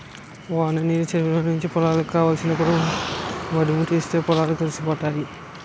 వాననీరు చెరువులో నుంచి పొలాలకు కావలసినప్పుడు మధుముతీస్తే పొలాలు కలిసిపోతాయి